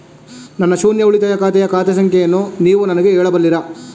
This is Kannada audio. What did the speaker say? ನನ್ನ ಶೂನ್ಯ ಉಳಿತಾಯ ಖಾತೆಯ ಖಾತೆ ಸಂಖ್ಯೆಯನ್ನು ನೀವು ನನಗೆ ಹೇಳಬಲ್ಲಿರಾ?